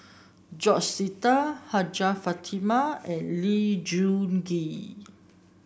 George Sita Hajjah Fatimah and Lee Choon Kee